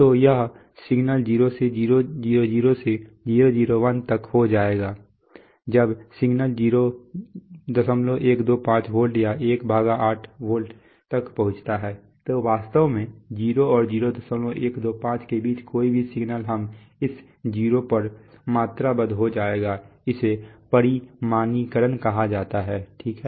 तो यह सिग्नल 0 से 000 से 001 तक हो जाएगा जब सिग्नल 0125 वोल्ट या 18 वोल्ट तक पहुंच जाता है तो वास्तव में 0 और 0125 के बीच कोई भी सिग्नल हम इस 0 पर मात्राबद्ध हो जाएंगे इसे परिमाणीकरण कहा जाता है ठीक है